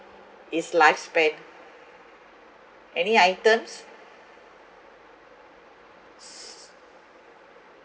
its lifespan any items